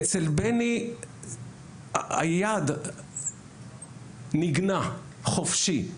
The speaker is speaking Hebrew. אצל בני היד ניגנה חופשי.